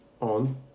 On